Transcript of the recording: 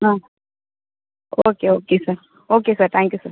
ah okay okay sir okay sir thank you sir